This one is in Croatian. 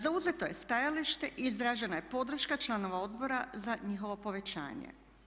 Zauzeto je stajalište, izražena je podrška članova odbora za njihovo povećanje.